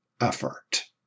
effort